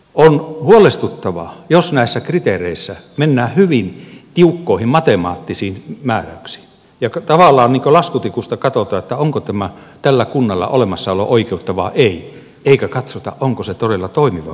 on huolestuttavaa jos näissä kriteereissä mennään hyvin tiukkoihin matemaattisiin määräyksiin ja tavallaan niin kuin laskutikusta katsotaan onko tällä kunnalla olemassaolon oikeutta vai ei eikä katsota onko se todella toimiva vai ei